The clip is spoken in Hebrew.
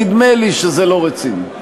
נדמה לי שזה לא רציני.